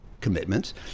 commitments